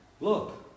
Look